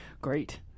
Great